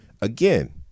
Again